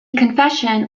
confession